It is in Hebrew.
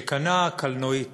שקנה קלנועית